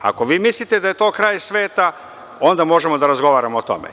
Ako vi mislite da je to kraj sveta, onda možemo da razgovaramo o tome.